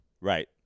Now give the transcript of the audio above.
Right